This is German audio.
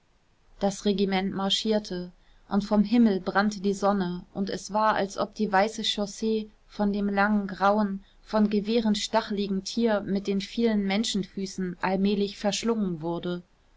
das regiment marschierte und vom himmel brannte die sonne und es war als ob die weiße chaussee von dem langen grauen von gewehren stacheligen tier mit den vielen menschenfüßen allmählich verschlungen wurde